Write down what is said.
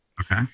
Okay